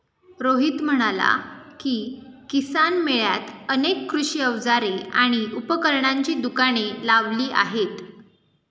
रोहित म्हणाला की, किसान मेळ्यात अनेक कृषी अवजारे आणि उपकरणांची दुकाने लावली आहेत